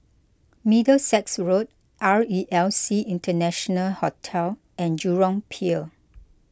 Middlesex Road R E L C International Hotel and Jurong Pier